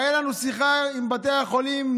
הייתה לנו שיחה עם בתי החולים,